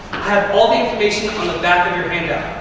have all the information on the back of your handout.